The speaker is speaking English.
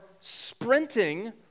sprinting